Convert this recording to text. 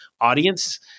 audience